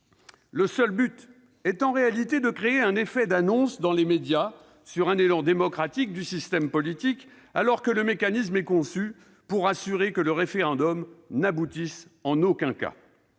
Le seul but est en réalité de créer un effet d'annonce dans les médias sur un élan démocratique du système politique, alors que le mécanisme est conçu pour assurer que le référendum n'aboutisse en aucun cas.